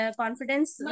confidence